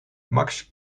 max